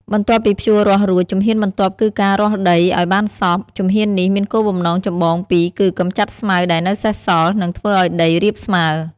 បន្ទាប់ពីភ្ជួររាស់រួច ជំហានបន្ទាប់គឺការរាស់ដីឱ្យបានសព្វ ជំហាននេះមានគោលបំណងចម្បងពីរគឺ កម្ចាត់ស្មៅដែលនៅសេសសល់ និងធ្វើឱ្យដីរាបស្មើ។